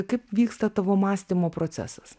kaip vyksta tavo mąstymo procesas